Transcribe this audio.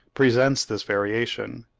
presents this variation.